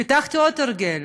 פיתחתי עוד הרגל,